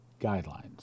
guidelines